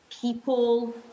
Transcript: people